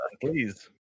Please